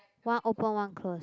one open one close